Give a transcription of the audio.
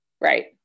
Right